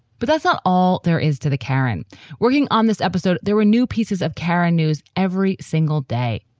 but that's not all there is to the karen working on this episode. there were new pieces of karren news every single day.